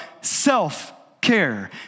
self-care